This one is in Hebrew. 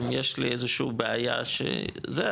אם יש לי איזושהי בעיה שזה,